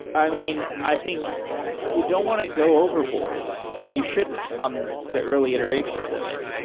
i mean, i think you don't want to go overboard, and you shouldn't on the early iterations of it.